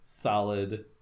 solid